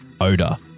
odor